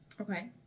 Okay